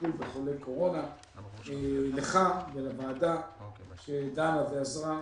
בטיפול בחולי קורונה; לך ולוועדה שדנה ועזרה,